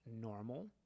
normal